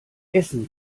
essen